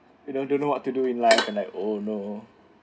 you know don't know what to do in life and like oh no